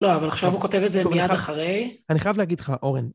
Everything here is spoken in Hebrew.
לא, אבל עכשיו הוא כותב את זה מיד אחרי... אני חייב להגיד לך, אורן...